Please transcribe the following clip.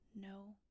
no